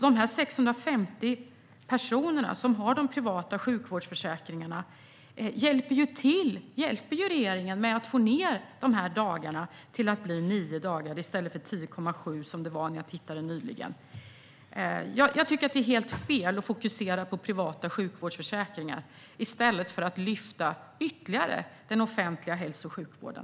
De 650 000 personer som har privata sjukvårdsförsäkringar hjälper ju regeringen att få ned dessa dagar till att bli just nio, i stället för 10,7, som de var när jag nyligen tittade. Jag tycker att det är helt fel att fokusera på privata sjukvårdsförsäkringar i stället för att ytterligare lyfta den offentliga hälso och sjukvården.